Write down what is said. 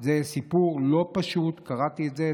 זה סיפור לא פשוט, קראתי את זה.